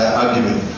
argument